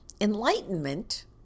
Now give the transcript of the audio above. Enlightenment